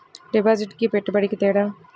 డిపాజిట్కి పెట్టుబడికి తేడా?